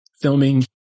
filming